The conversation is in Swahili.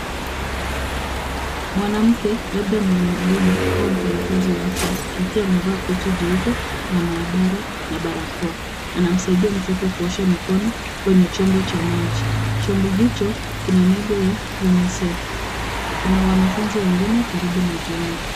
Mwanamke, labda mwalimu au mfanyakazi wa afya, akiwa ameva koti jeupe laa maabara na barakoa, anamsaidia mtoto kuosha mikono kwenye chombo cha maji, chombo hicho kina lebo ya UNICEF. Kuna wanafunzi wengine karibu na jengo.